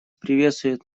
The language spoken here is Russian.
приветствует